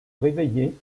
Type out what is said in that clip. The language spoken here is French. réveiller